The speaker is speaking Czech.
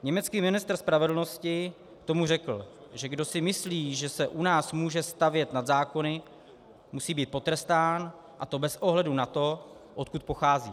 Německý ministr spravedlnosti k tomu řekl, že kdo si myslí, že se u nás může stavět nad zákony, musí být potrestán, a to bez ohledu na to, odkud pochází.